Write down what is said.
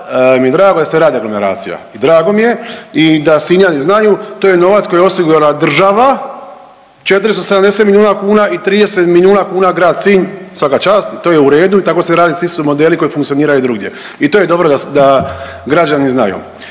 mi je drago da se radi aglomeracija. Drago mi je i da Sinjani znaju, to je novac koji je osigurala država 470 milijuna kuna i 30 milijuna kuna grad Sinj, svaka čast, to je u redu i tako se radi, ti su modeli koji funkcioniraju drugdje. I to je dobro da građani znaju.